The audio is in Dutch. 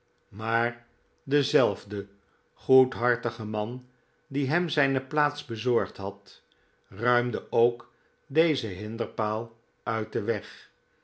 maar dezelfde goedhartige man die hem zijne plaats bezorgd had ruimde ook dezen hinderpaal uit den weg